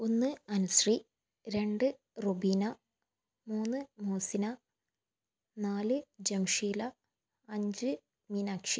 ഒന്ന് അനുശ്രീ രണ്ട് റുബീന മൂന്ന് മുഹസിന നാല് ജംഷീല അഞ്ച് മീനാക്ഷി